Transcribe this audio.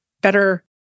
better